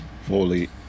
Fully